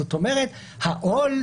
זאת אומרת העול,